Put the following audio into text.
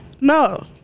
No